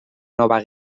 nova